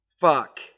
Fuck